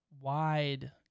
wide